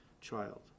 child